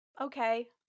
Okay